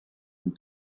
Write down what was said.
une